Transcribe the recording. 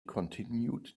continued